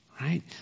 right